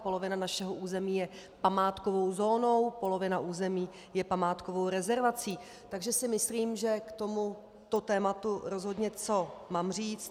Polovina našeho území je památkovou zónou, polovina území je památkovou rezervací, takže si myslím, že k tomuto tématu rozhodně mám co říct.